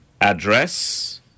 address